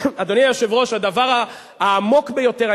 הדבר העמוק ביותר,